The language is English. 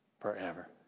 forever